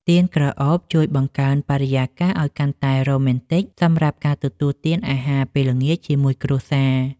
ទៀនក្រអូបជួយបង្កើនបរិយាកាសឱ្យកាន់តែរ៉ូមែនទិកសម្រាប់ការទទួលទានអាហារពេលល្ងាចជាមួយគ្រួសារ។